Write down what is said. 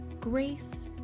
Grace